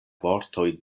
vortoj